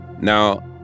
Now